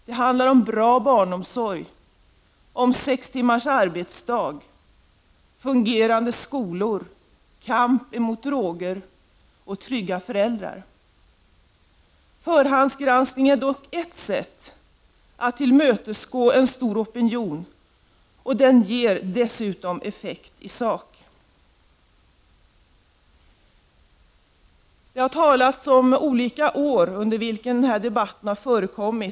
Det handlar om bra barnomsorg, sex timmars arbetsdag, fungerande skolor, kamp emot droger, och trygga föräldrar. Förhandsgranskning är dock ett sätt att tillmötesgå en stor opinion, och den ger dessutom effekt isak. Det har talats om olika tidsperioder under vilka denna debatt förekommit.